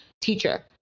teacher